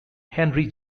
henry